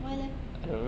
why leh